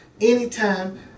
anytime